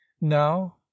now